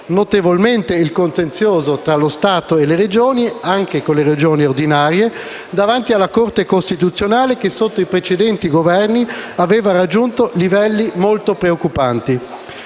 notevolmente il contenzioso tra lo Stato e le Regioni, anche ordinarie, davanti alla Corte costituzionale che, sotto i precedenti Governi, aveva raggiunto livelli molto preoccupanti.